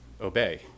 obey